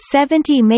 Seventy